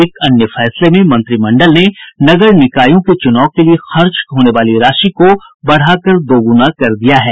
एक अन्य फैसले में मंत्रिमंडल ने नगर निकायों के चूनाव के लिए खर्च होने वाली राशि बढ़ा कर दोगुनी कर दी है